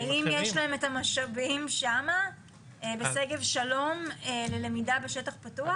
האם יש להם את המשאבים שם בשגב שלום ללמידה בשטח פתוח?